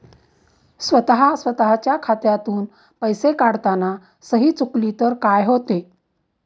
स्वतः स्वतःच्या खात्यातून पैसे काढताना सही चुकली तर काय होते?